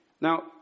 Now